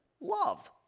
love